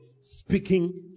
Speaking